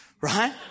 right